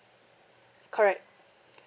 correct